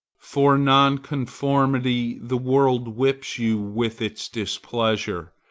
for nonconformity the world whips you with its displeasure.